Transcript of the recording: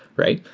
right?